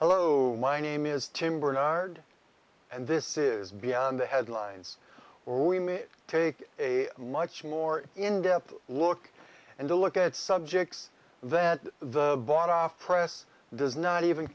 hello my name is tim barnard and this is beyond the headlines or we may take a much more in depth look and a look at subjects that the bought off press does not even